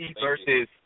versus